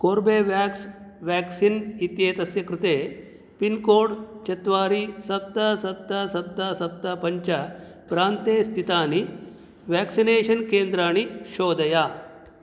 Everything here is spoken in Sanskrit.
कोर्बेव्याक्स् व्याक्सीन् इत्येतस्य कृते पिन्कोड् चत्वारि सप्त सप्त सप्त सप्त पञ्च प्रान्ते स्थितानि व्याक्सिनेषन् केन्द्राणि शोधय